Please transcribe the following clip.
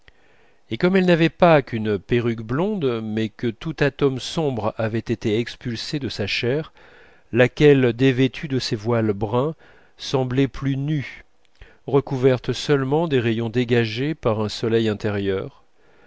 et comme elle n'avait pas qu'une perruque blonde mais que tout atome sombre avait été expulsé de sa chair laquelle dévêtue de ses voiles bruns semblait plus nue recouverte seulement des rayons dégagés par un soleil intérieur